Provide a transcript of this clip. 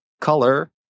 color